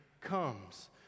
comes